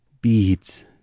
Beads